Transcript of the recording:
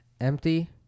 empty